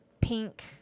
pink